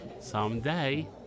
Someday